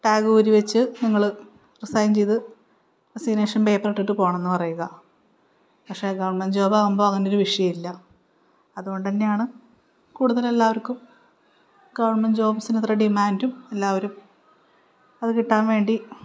ടാഗൂരി വച്ച് നിങ്ങൾ റിസൈൻ ചെയ്ത് റെസിഗ്നേഷൻ പേപ്പറിട്ടിട്ട് പോകണം എന്നു പറയുക പക്ഷെ ഗവൺമെൻ്റ് ജോബാകുമ്പോൾ അങ്ങനെയൊരു വിഷയമില്ല അതുകൊണ്ടുതന്നെയാണ് കൂടുതലെല്ലാവർക്കും ഗവൺമെൻ്റ് ജോബ്സിനത്ര ഡിമാൻ്റും എല്ലാവരും അത് കിട്ടാൻ വേണ്ടി